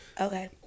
Okay